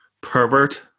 pervert